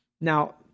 Now